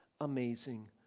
amazing